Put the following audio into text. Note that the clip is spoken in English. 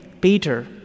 Peter